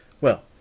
Well